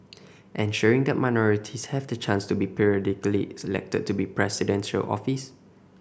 ensuring that minorities have the chance to be periodically elected to Presidential office